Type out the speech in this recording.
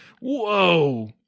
whoa